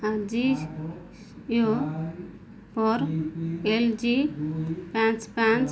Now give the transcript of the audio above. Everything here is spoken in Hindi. अंजीज ओ और एल जी पाँच पाँच